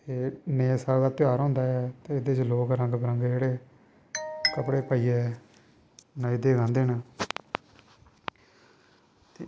ते में सारें कोला त्यार होंदा ऐ ते लोग रंग बिरंगे जेह्ड़े कपड़े पाइयै नच्चदे गांदे न